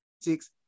six